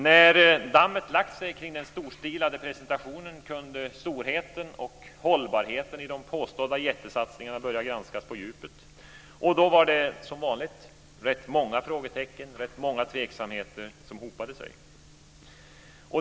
När dammet lagt sig kring den storstilade presentationen kunde storheten och hållbarheten i de påstådda jättesatsningarna börja granskas på djupet. Då var det som vanligt rätt många frågetecken och tveksamheter som hopade sig.